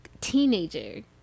teenager